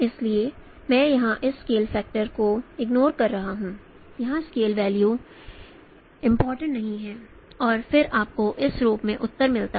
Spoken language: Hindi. इसलिए मैं यहां इस स्केल फैक्टर को इग्नोर कर रहा हूं यहां स्केल वैल्यू इंपॉर्टेंट नहीं है और फिर आपको इस रूप में उत्तर मिलता है